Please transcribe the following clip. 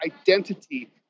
identity